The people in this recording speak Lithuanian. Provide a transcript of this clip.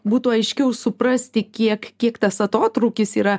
būtų aiškiau suprasti kiek kiek tas atotrūkis yra